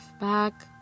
back